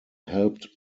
helped